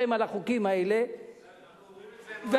אנחנו אומרים אצלנו: שקט הוא רפש.